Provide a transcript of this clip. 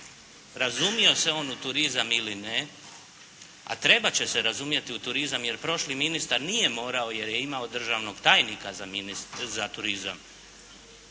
razumio se on u turizam ili ne, a trebat će se razumjeti u turizam, jer prošli ministar nije morao jer je imao državnog tajnika za turizam,